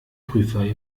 prüfer